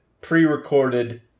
pre-recorded